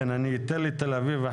אתן לתל אביב,